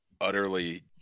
utterly